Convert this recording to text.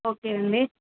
okay అండి